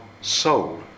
soul